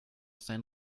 sein